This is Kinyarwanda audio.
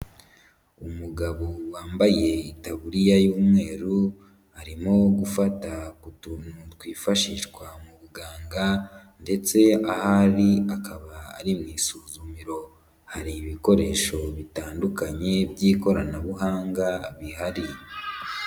Umugabo wambaye itaburiya y'umweru, arimo gufata ku tuntu twifashishwa mu buganga ndetse ahari akaba ari mu isuzumiro. Hari ibikoresho bitandukanye by'ikoranabuhanga bihari.